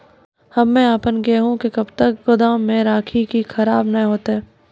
हम्मे आपन गेहूँ के कब तक गोदाम मे राखी कि खराब न हते?